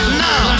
now